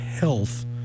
Health